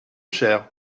cher